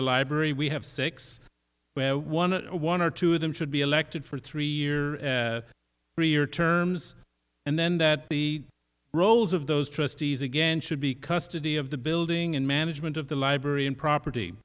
a library we have six where one or one or two of them should be elected for three year three year terms and then that the roles of those trustees again should be custody of the building and management of the library and property